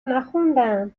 نخوندم